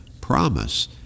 promise